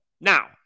Now